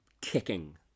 kicking